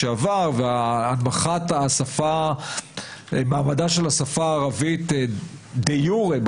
שעבר והנמכת מעמדה של השפה הערבית דה יורה,